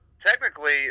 Technically